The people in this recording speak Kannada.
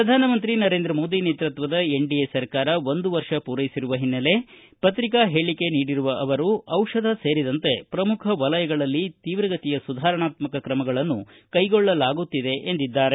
ಪ್ರಧಾನ ಮಂತ್ರಿ ನರೇಂದ್ರ ಮೋದಿ ನೇತೃತ್ವದ ಎನ್ಡಿಎ ಸರ್ಕಾರ ಒಂದು ವರ್ಷ ಪೂರೈಸಿರುವ ಹಿನ್ನೆಲೆ ಹೇಳಿಕ ನೀಡಿರುವ ಅವರು ಜಿಷಧ ಸೇರಿದಂತೆ ಪ್ರಮುಖ ವಲಯಗಳಲ್ಲಿ ತೀವ್ರಗತಿಯ ಸುಧಾರಣಾತ್ಮಕ ಕ್ರಮಗಳನ್ನು ಕ್ಟೆಗೊಳ್ಳಲಾಗುತ್ತಿದೆ ಎಂದಿದ್ದಾರೆ